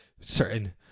certain